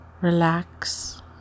Relax